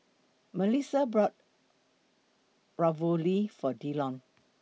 Mellissa bought Ravioli For Dillon